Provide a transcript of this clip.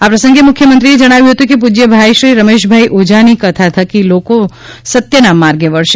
આ પ્રસંગે મુખ્યમંત્રીએ જજ્ઞાવ્યું હતું કે પૂજયભાઇશ્રી રમેશભાઇ ઓઝાની કથા થકી લોકો સત્યના માર્ગે વળશે